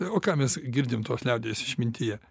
o ką mes girdim tos liaudies išmintyje